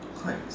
quite